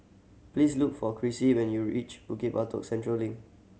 please look for Crissie when you reach Bukit Batok Central Link